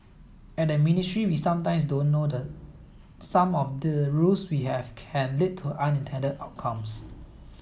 at the ministry we sometimes don't know that some of the rules we have can lead to unintended outcomes